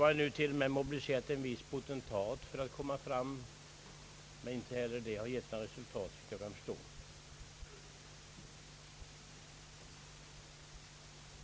Man har till och med mobiliserat en viss potentat för att komma fram, men inte heller det har gett några resultat.